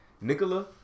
Nicola